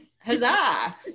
Huzzah